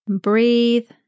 Breathe